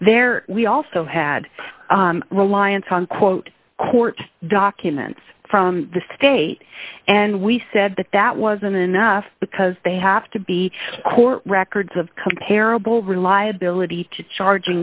there we also had reliance on quote court documents from the state and we said that that wasn't enough because they have to be court records of comparable reliability to charging